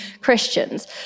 Christians